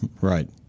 Right